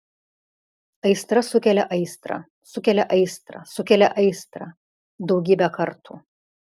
aistra sukelia aistrą sukelia aistrą sukelia aistrą daugybę kartų